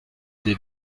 des